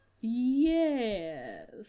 yes